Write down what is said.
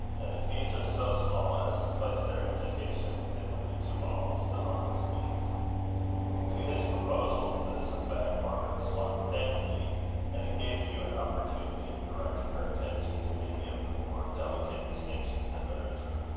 and the fees are so small as to place their education within the reach of almost the humblest means to his proposal to this effect margaret responded thankfully and it gave hugh an opportunity of directing her attention to many of the more delicate distinctions in literature,